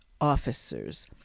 officers